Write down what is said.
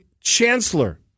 chancellor